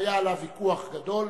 שהיה עליו ויכוח גדול,